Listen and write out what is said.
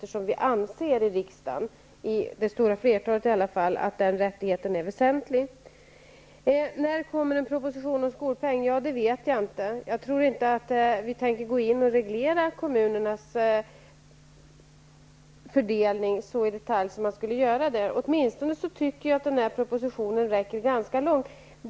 Riksdagen anser, eller i varje fall det stora flertalet av ledamöterna, att den rättigheten är väsentlig. När kommer en proposition om skolpeng? Det vet jag inte. Jag tror inte att vi tänker gå in och reglera kommunernas fördelning så i detalj. Åtminstone anser jag att denna proposition räcker ganska långt.